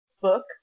book